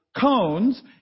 Cones